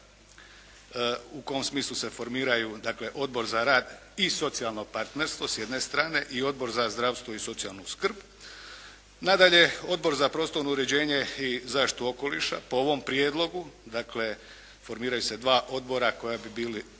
u kom smislu se formiraju dakle Odbor za rad i socijalno partnerstvo s jedne strane i Odbor za zdravstvo i socijalnu skrb. Nadalje, Odbor za prostorno uređenje i zaštitu okoliša po ovom prijedlogu, dakle formiraju se dva odbora koja bi bila